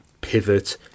pivot